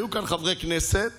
היו כאן חברי כנסת